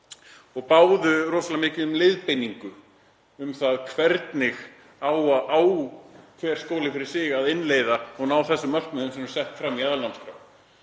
og báðu rosalega mikið um leiðbeiningu um það hvernig hver skóli fyrir sig ætti að innleiða og ná þessum markmiðum sem voru sett fram í aðalnámskrá.